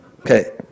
Okay